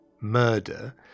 murder